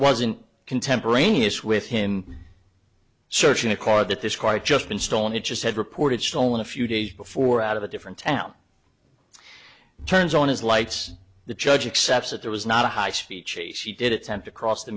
wasn't contemporaneous with him searching a car that this card just been stolen he just had reported stolen a few days before out of a different town turns on his lights the judge accept that there was not a high speed chase he did attempt across the